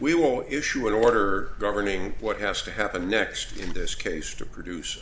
we will issue an order governing what has to happen next in this case to produce